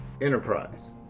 enterprise